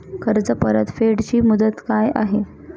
कर्ज परतफेड ची मुदत काय आहे?